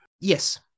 Yes